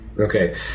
Okay